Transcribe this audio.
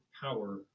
power